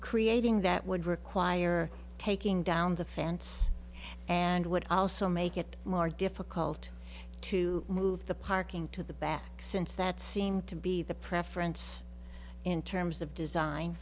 creating that would require taking down the fence and would also make it more difficult to move the parking to the back since that seemed to be the preference in terms of design